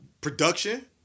Production